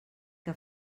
què